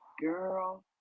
Girl